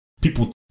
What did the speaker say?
People